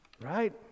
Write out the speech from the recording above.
Right